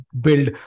build